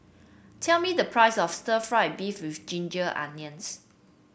tell me the price of stir fry beef with Ginger Onions